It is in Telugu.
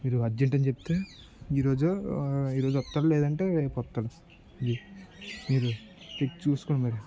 మీరు అర్జెంట్ అని చెప్తే ఈరోజు వస్తాడు లేదంటే రేపు వస్తాడు ఇది మీరు ఇది చూడుకోండి మీరు